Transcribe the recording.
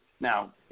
Now